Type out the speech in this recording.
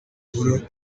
nibura